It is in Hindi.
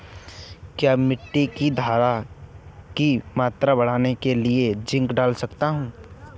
क्या मिट्टी की धरण की मात्रा बढ़ाने के लिए जिंक डाल सकता हूँ?